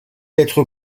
être